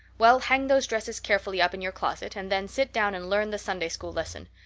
well, hang those dresses carefully up in your closet, and then sit down and learn the sunday school lesson.